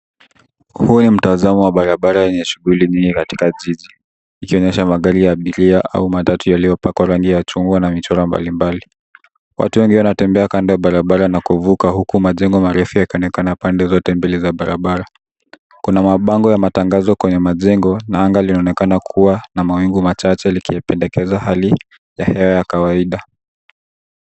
Huu ni mtazamo wa barabara yenye shughuli nyingi katika jiji ikionyesha magari ya abiria au matatu yaliyopakwa rangi ya chungwa na michoro mbalimbali. Watu wengi wanatembea kando ya barabara na kuvuka huku majengo marefu yakionekana pande zote mbili za barabara. Kuna mabango ya matangazo kwenye majengo na anga linaonekana kuwa na mawingu machache likipendekeza hali ya hewa ya kawaida.